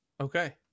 Okay